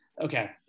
Okay